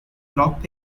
block